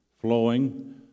flowing